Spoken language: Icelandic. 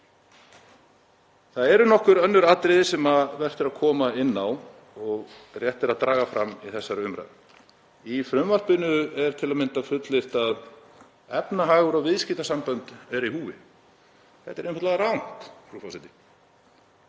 Það eru nokkur önnur atriði sem vert er að koma inn á og rétt er að draga fram í þessari umræðu. Í frumvarpinu er til að mynda fullyrt að efnahagur og viðskiptasambönd séu í húfi. Þetta er einfaldlega rangt, frú forseti.